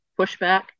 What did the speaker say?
pushback